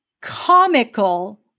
comical